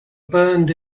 burned